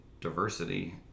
diversity